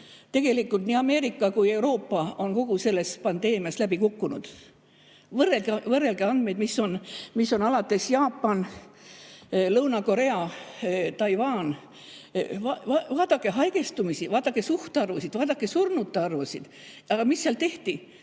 tegelikult nii Ameerika kui Euroopa on kogu selles pandeemias läbi kukkunud. Võrrelge andmeid, kuidas on Jaapanis, Lõuna-Koreas, Taiwanis. Vaadake haigestumisi, vaadake suhtarvusid, vaadake surnute arvu. Aga mida seal tehti?